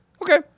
Okay